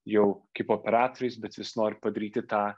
jau kaip operatoriais bet vis nori padaryti tą